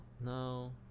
No